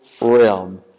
realm